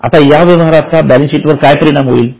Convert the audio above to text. आता या व्यवहाराचा बॅलन्स शीट वर काय परिणाम होईल